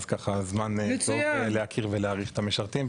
ככה זמן טוב להכיר ולהעריך את המשרתים,